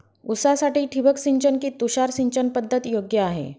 ऊसासाठी ठिबक सिंचन कि तुषार सिंचन पद्धत योग्य आहे?